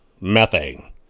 methane